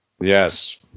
yes